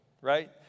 right